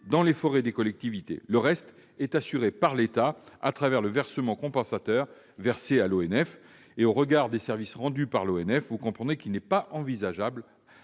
dans les forêts des collectivités. Le reste est financé par l'État au travers du versement compensateur attribué à l'Office national des forêts. Au regard des services rendus par l'ONF, vous comprenez qu'il n'est pas envisageable